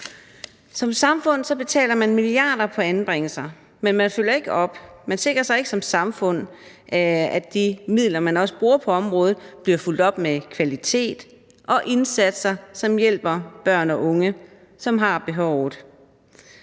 Som samfund betaler man milliarder på anbringelser, men man følger ikke op. Man sikrer sig ikke som samfund, at de midler, man også bruger på området, bliver fulgt op med kvalitet og indsatser, som hjælper børn og unge, som har behovet.